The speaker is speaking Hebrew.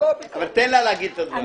אבל תן לה להגיד את הדברים.